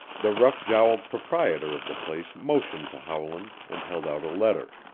the rough-jowled proprietor of the place motioned to howland and held out a letter.